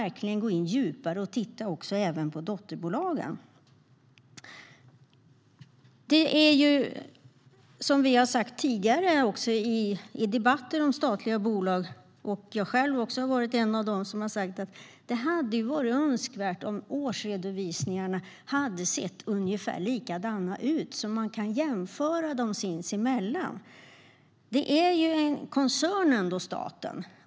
Riksrevisionens rapport om reger-ingens hantering av risker i statliga bolag Som vi också har sagt tidigare i debatter om statliga bolag - även jag själv hör till dem som sagt det - hade det varit önskvärt om årsredovisningarna hade sett ungefär likadana ut, så att man kunnat jämföra dem sinsemellan. Staten är ju koncernen.